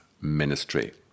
ministry